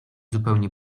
zupełnie